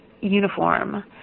uniform